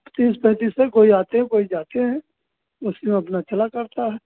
तीस पैंतीस है कोई आते हैं कोई जाते हैं उसी में अपना चला करता है